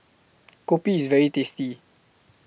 Kopi IS very tasty